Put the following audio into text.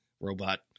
robot